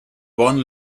one